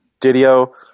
didio